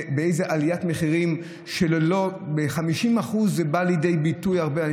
עליית המחירים באה לידי ביטוי ב-50%.